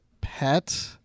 pet